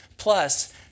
Plus